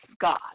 God